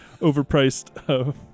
overpriced